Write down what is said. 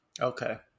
Okay